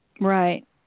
Right